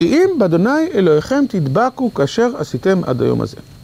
האם בד' אלוהיכם תדבקו כאשר עשיתם עד היום הזה?